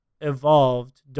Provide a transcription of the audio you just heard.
evolved